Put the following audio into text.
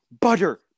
butter